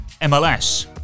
MLS